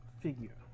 figure